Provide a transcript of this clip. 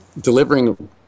delivering